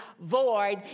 void